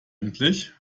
endlich